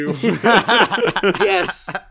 yes